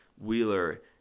Wheeler